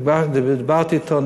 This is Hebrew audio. דיברתי אתו,